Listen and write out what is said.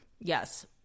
Yes